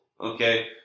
okay